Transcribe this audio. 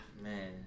man